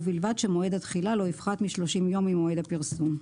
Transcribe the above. ובלבד שמועד התחילה לא יפחת משלושים יום ממועד הפרסום".